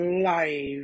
life